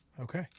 Okay